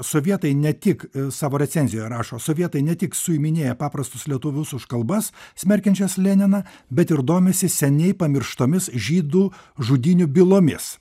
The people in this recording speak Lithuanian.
sovietai ne tik savo recenzijoje rašo sovietai ne tik suiminėja paprastus lietuvius už kalbas smerkiančias leniną bet ir domisi seniai pamirštomis žydų žudynių bylomis